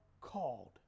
called